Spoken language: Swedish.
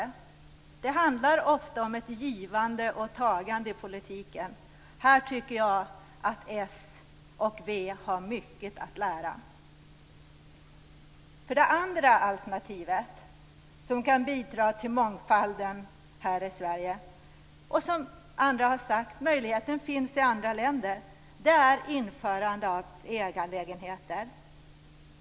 I politiken handlar det ofta om ett givande och tagande. Där tycker jag att Socialdemokraterna och Vänsterpartiet har mycket att lära. Det andra alternativet som kan bidra till mångfalden här i Sverige - den möjligheten finns, som andra har sagt, i andra länder - är införandet av ägarlägenheter.